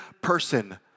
person